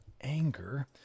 anger